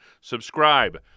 subscribe